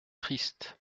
triste